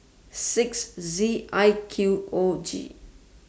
six Z I Q O G